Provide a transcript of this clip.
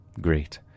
Great